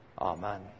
Amen